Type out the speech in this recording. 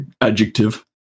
adjective